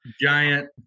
giant